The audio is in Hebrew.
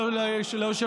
לו,